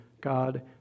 God